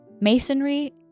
masonry